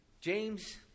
James